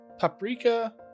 Paprika